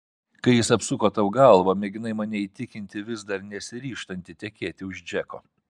kai jis apsuko tau galvą mėginai mane įtikinti vis dar nesiryžtanti tekėti už džeko